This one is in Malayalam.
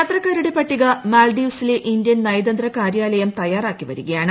യാത്രക്കാരുടെ ്പെട്ടിക മാൽഡീവ്സിലെ ഇന്ത്യൻ നയതന്ത്ര കാര്യാലയം തയ്യാറാക്കി പ്പൂരിക്യാണ്